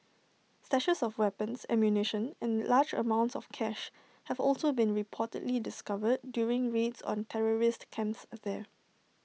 stashes of weapons ammunition and large amounts of cash have also been reportedly discovered during raids on terrorist camps there